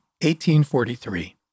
1843